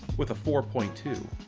with a four point two.